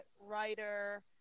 writer